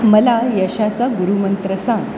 मला यशाचा गुरुमंत्र सांग